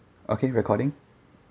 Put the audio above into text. okay recording